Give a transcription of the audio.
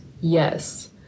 yes